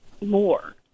more